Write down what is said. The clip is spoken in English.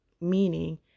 Meaning